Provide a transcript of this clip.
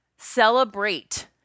celebrate